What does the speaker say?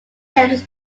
tennis